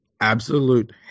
absolute